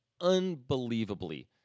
unbelievably